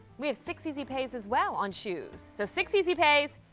we have six easy pay as well. on shoes. so six easy pay,